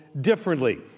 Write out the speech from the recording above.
differently